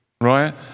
right